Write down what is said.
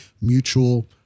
mutual